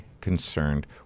Concerned